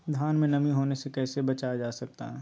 धान में नमी होने से कैसे बचाया जा सकता है?